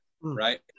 right